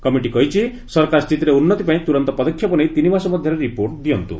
committee କହିଛି ସରକାର ସ୍ଥିତିରେ ଉନ୍ତିପାଇଁ ତୁରନ୍ତ ପଦକ୍ଷେପ ନେଇ ତିନି ମାସ ମଧ୍ୟରେ ରିପୋର୍ଟ ଦିଅନ୍ତୁ